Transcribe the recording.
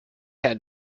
had